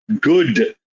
good